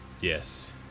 Yes